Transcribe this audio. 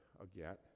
again